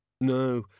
No